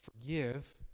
forgive